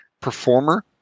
performer